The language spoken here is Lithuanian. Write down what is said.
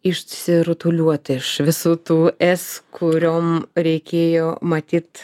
išsirutuliuoti iš visų tų es kuriom reikėjo matyt